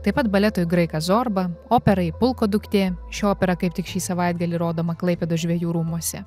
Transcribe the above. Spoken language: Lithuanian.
taip pat baletui graikas zorba operai pulko duktė ši opera kaip tik šį savaitgalį rodoma klaipėdos žvejų rūmuose